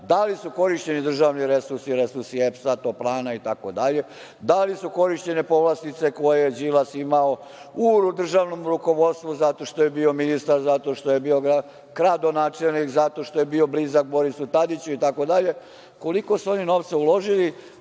Da li su korišćeni državni resursi, resursi EPS, toplana i tako dalje? Da li su korišćene povlastice koje je Đilas imao u državnom rukovodstvu zato što je bio ministar, zašto što je bio kradonačelnik, zato što je bio blizak Borisu Tadiću i tako dalje? Koliko su oni novca uložili